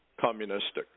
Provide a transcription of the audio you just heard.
communistic